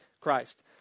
Christ